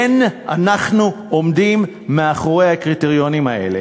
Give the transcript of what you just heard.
כן, אנחנו עומדים מאחורי הקריטריונים האלה.